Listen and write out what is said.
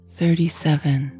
thirty-seven